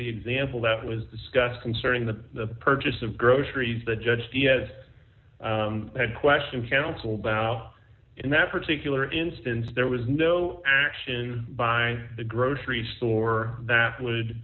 the example that was discussed concerning the purchase of groceries the judge diaz and question counsel bow in that particular instance there was no action by the grocery store that would